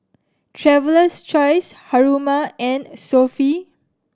Traveler's Choice Haruma and Sofy